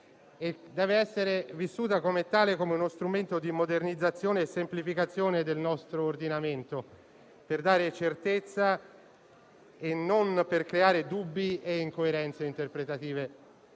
deve essere vissuta come uno strumento di modernizzazione e semplificazione del nostro ordinamento, per dare certezza e non per creare dubbi e incoerenze interpretative.